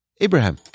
Abraham